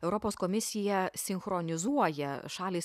europos komisija sinchronizuoja šalys